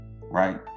Right